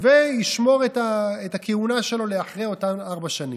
וישמור את הכהונה לאחרי אותן ארבע שנים.